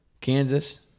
Kansas